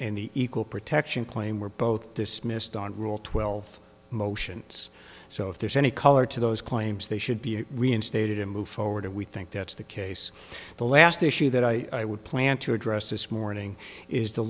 the equal protection claim were both dismissed on rule twelve motion it's so if there's any color to those claims they should be reinstated and move forward and we think that's the case the last issue that i would plan to address this morning is the